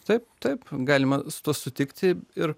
taip taip galima su tuo sutikti ir